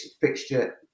fixture